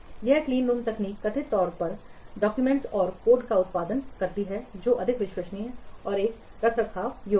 यह क्लीनरूम तकनीक कथित तौर पर डॉक्यूमेंटेशन और कोड का उत्पादन करती है जो अधिक विश्वसनीय और एक रखरखाव योग्य है